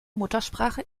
muttersprache